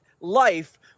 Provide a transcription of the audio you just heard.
life